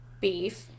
beef